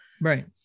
Right